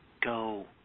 go